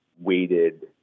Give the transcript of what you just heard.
weighted